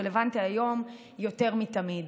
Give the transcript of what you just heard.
והוא רלוונטי היום יותר מתמיד.